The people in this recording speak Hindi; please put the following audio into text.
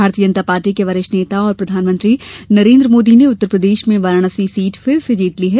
भारतीय जनता पार्टी के वरिष्ठ नेता और प्रधानमंत्री नरेन्द्र मोदी ने उत्तर प्रदेश में वाराणसी सीट फिर से जीत ली है